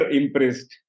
impressed